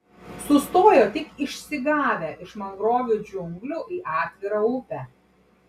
sustojo tik išsigavę iš mangrovių džiunglių į atvirą upę